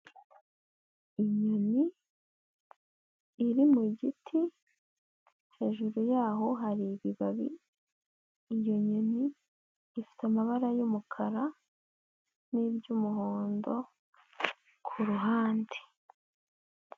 Inyoni iri mu giti, hejuru yaho hari ibibabi, iyo nyoni ifite amabara y'umukara n'iry'umuhondo ku ruhande.